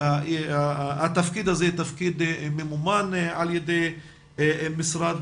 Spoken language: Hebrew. התפקיד הזה תפקיד ממומן על ידי משרד